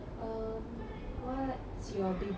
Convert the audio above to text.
what's your biggest regret